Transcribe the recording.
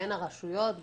בין הרשויות,